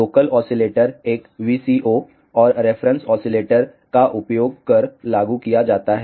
local oscillator एक VCO और reference oscillator का उपयोग कर लागू किया जाता है